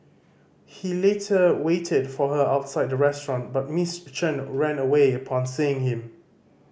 he later waited for her outside the restaurant but Miss Chen ran away upon seeing him